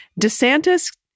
DeSantis